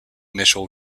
initial